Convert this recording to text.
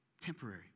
Temporary